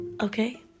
Okay